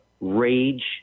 rage